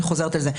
אני חוזרת על זה,